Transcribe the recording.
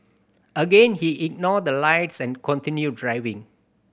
again he ignored the lights and continued driving